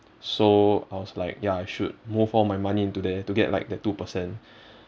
so I was like ya I should move all my money into there to get like the two percent